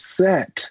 set